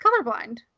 colorblind